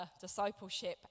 discipleship